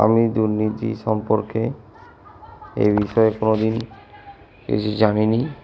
আমি দুর্নীতি সম্পর্কে এই বিষয়ে কোনোদিন কিছু জানিনি